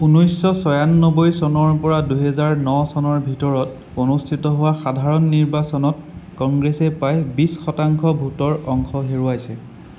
ঊনৈছশ ছয়ানব্বৈ চনৰ পৰা দুহেজাৰ ন চনৰ ভিতৰত অনুষ্ঠিত হোৱা সাধাৰণ নিৰ্বাচনত কংগ্ৰেছে প্ৰায় বিছ শতাংশ ভোটৰ অংশ হেৰুৱাইছে